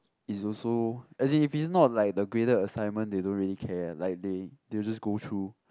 is also as if it's not like the greater assignment they don't really care like they they'll just go through